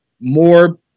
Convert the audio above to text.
more